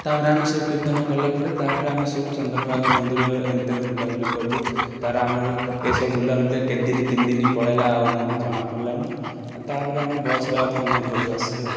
ତା'ପରେ ଆମେ ସବୁ କୀର୍ତ୍ତନ କଲାପରେ ତା'ପରେ ଆମେ ସବୁ ଚନ୍ଦ୍ରଭାଗ ମନ୍ଦିର ଏଣେ ତେଣେ ବୁଲାବୁଲି କଲୁ ତା'ର ଆମର ଏସବୁ ବୁଲାବୁଲିରେ କେ ଦିନ ତିନି ଦିନ ପଳେଇଲା ଆଉ ଆମକୁ ଜଣା ପଡ଼ିଲାନି ଆଉ ତା'ପରେ ଆମେ ବସ୍ରେ ଅଧ ଆମେ ଘରକୁ ଆସିଲୁ ଆଉ